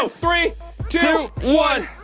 ah three two one